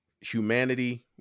humanity